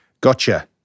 Gotcha